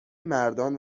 مردان